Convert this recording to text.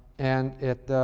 and it